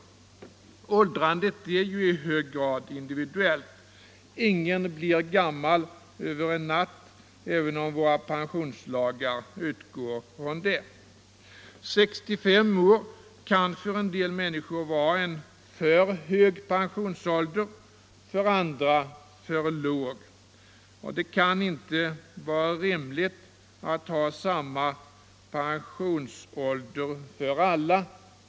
Åldrandet är ju i hög grad individuellt. Ingen blir gammal över en natt, även om våra pensionslagar utgår från det. 65 år kan för en del människor vara en för hög pensionsålder, för andra är den för låg. Det kan inte vara rimligt att ha samma pensionsålder för alla.